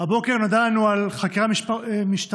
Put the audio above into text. הבוקר נודע לנו על חקירה משטרתית